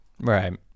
Right